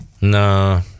no